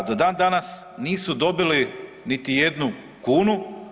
Do dan danas nisu dobili niti jednu kunu.